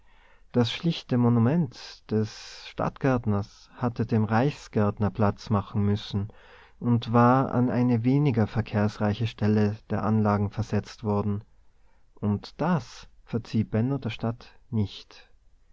das schlichte monument des stadtgärtners hatte dem reichsgärtner platz machen müssen und war an eine weniger verkehrsreiche stelle der anlagen versetzt worden und das verzieh benno der stadt nicht